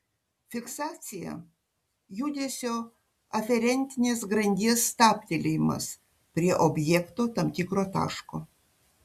fiksacija judesio aferentinės grandies stabtelėjimas prie objekto tam tikro taško